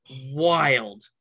wild